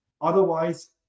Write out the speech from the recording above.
Otherwise